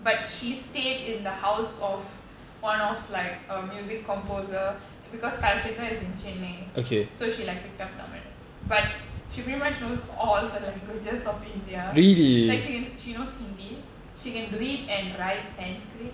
but she stayed in the house of one of like a music composer because Kalakshetra is in Chennai so she like picked up tamil but she pretty much knows all the languages of india like she knows hindi she can read and write sanskrit